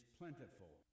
plentiful